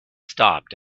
stopped